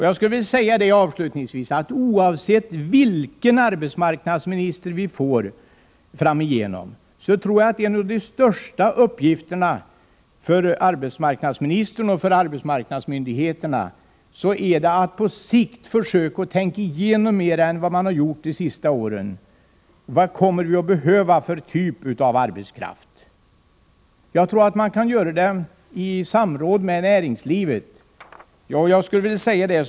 Jag skulle avslutningsvis vilja säga, att oavsett vilken arbetsmarknadsminister vi får framöver är det en av de största uppgifterna för denne och för arbetsmarknadsmyndigheterna att på sikt försöka tänka igenom problemen mer än vad man har gjort de senaste åren, t.ex. frågan om vilken typ av arbetskraft vi kommer att behöva. Detta kan man göra i samråd med näringslivet.